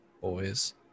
boys